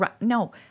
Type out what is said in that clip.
No